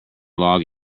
log